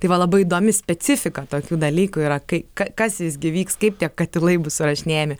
tai va labai įdomi specifika tokių dalykų yra kai kas visgi vyks kaip tie katilai bus surašinėjami